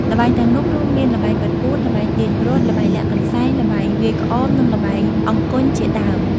ល្បែងទាំងនោះរួមមាន ល្បែងបិទពួន ល្បែងទាញព្រ័ត្រ ល្បែងលាក់កន្សែង ល្បែងវាយក្អម និងល្បែងអង្គញ់ជាដើម។